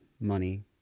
money